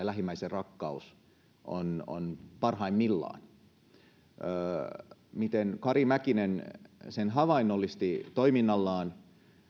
lähimmäisenrakkaus on on parhaimmillaan se miten kari mäkinen sen havainnollisti toiminnallaan